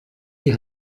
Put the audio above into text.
die